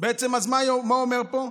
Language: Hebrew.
בעצם מה הוא אומר פה?